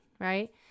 right